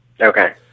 Okay